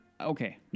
Okay